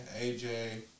AJ